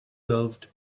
loved